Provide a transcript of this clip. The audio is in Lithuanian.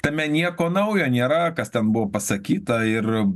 tame nieko naujo nėra kas ten buvo pasakyta ir